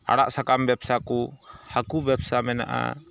ᱟᱲᱟᱜ ᱥᱟᱠᱟᱢ ᱵᱮᱵᱥᱟ ᱠᱚ ᱦᱟᱹᱠᱩ ᱵᱮᱵᱥᱟ ᱢᱮᱱᱟᱜᱼᱟ